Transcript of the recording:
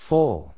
Full